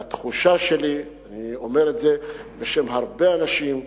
והתחושה שלי, אני אומר את זה בשם הרבה אנשים,